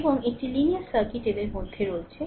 এবং একটি linear circuit এদের মধ্যে রয়েছে